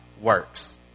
works